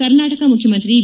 ಕರ್ನಾಟಕ ಮುಖ್ಯಮಂತ್ರಿ ಬಿ